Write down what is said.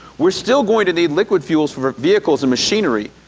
we're still going to need liquid fuels for vehicles and machinery.